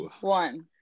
one